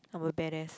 I'm a bad ass